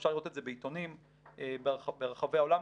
אפשר לראות את זה בעיתונים ברחבי העולם,